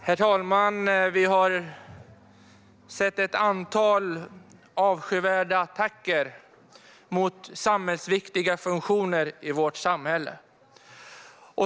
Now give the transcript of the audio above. Herr talman! Vi har sett ett antal avskyvärda attacker mot samhällsviktiga funktioner i vårt samhälle.